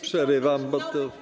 Przerywam, bo to.